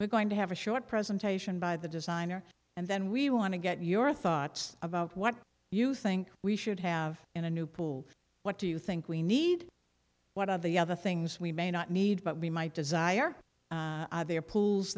we're going to have a short presentation by the designer and then we want to get your thoughts about what you think we should have in a new pool what do you think we need what are the other things we may not need but we might desire there pools